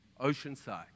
Oceanside